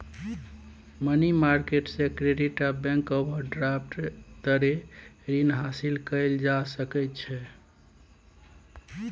money market से credit आ bank overdraft तरे रीन हासिल करल जा सकइ छइ